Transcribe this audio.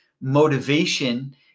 motivation